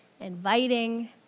inviting